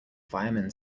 firemen